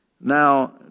Now